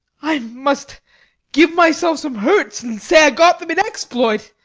i must give myself some hurts, and say i got them in exploit.